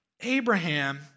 Abraham